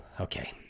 okay